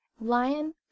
lion